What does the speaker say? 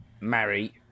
Marry